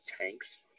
tanks